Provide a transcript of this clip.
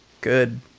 good